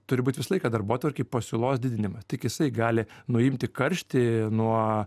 turi būt visą laiką darbotvarkėj pasiūlos didinimas tik jisai gali nuimti karštį nuo